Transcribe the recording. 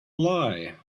lie